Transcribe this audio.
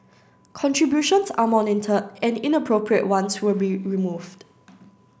contributions are monitored and inappropriate ones will be removed